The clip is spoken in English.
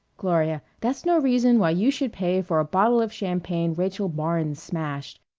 gloria that's no reason why you should pay for a bottle of champagne rachael barnes smashed.